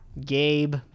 Gabe